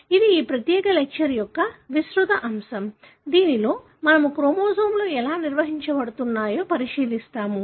ఇది ఈ ప్రత్యేక లెక్చర్ యొక్క విస్తృత అంశం దీనిలో మనము క్రోమోజోములు ఎలా నిర్వహించబడుతున్నాయో పరిశీలిస్తాము